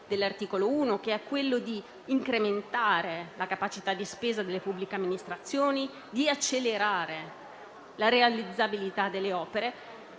dell'articolo 1, che è quello di incrementare la capacità di spesa delle pubbliche amministrazioni e accelerare la realizzabilità delle opere